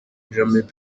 jammeh